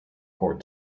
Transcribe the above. court